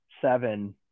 seven